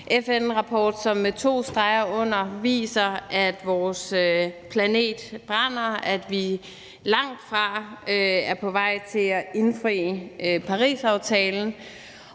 FN-rapport, som med to streger under viser, at vores planet brænder, og at vi langtfra er på vej til at indfri Parisaftalen.